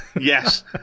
Yes